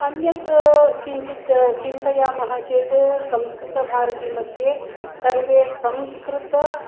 अन्यत् किञ्चित् चिन्तयामः चेत् संस्कृतभारती मध्ये सर्वे संस्कृतं